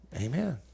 Amen